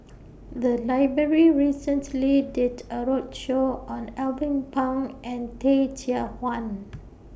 The Library recently did A roadshow on Alvin Pang and Teh Cheang Wan